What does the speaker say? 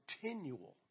continual